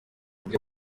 buryo